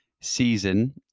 season